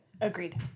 Agreed